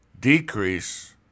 decrease